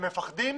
הם מפחדים,